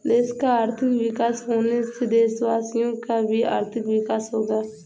देश का आर्थिक विकास होने से देशवासियों का भी आर्थिक विकास होगा